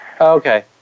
Okay